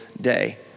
day